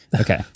Okay